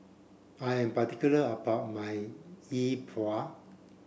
I am particular about my Yi Bua